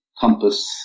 compass